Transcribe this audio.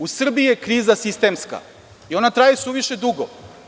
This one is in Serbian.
U Srbiji je kriza sistemska i ona traje isuviše dugo.